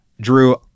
Drew